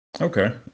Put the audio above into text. Okay